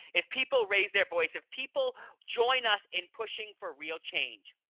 if people raise their voice, if people join us in pushing for real change.